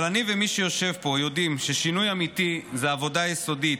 אבל אני ומי שיושב פה יודעים ששינוי אמיתי הוא עבודה יסודית,